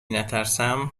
نترسم